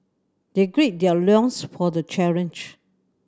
they gird their loins for the challenge